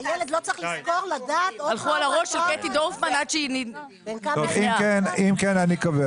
הילד לא צריך לזכור, לדעת --- אם כן אני קובע